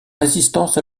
résistance